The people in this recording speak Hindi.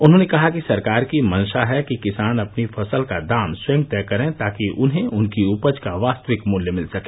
उन्होंने कहा कि सरकार की मंशा है कि किसान अपनी फसल का दाम स्वयं तय करें ताकि उन्हें उनकी उपज का वास्तविक मूल्य मिल सके